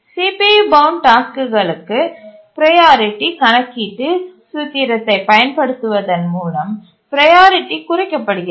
CPU bound டாஸ்க்குகளுக்கு priority கணக்கீட்டு சூத்திரத்தைப் பயன்படுத்துவதன் மூலம் ப்ரையாரிட்டி குறைக்கப்படுகிறது